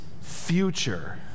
future